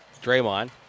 Draymond